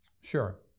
Sure